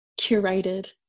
curated